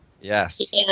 Yes